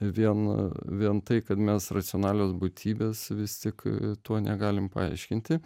vien vien tai kad mes racionalios būtybės vis tik tuo negalim paaiškinti